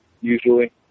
usually